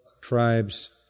tribes